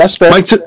Mike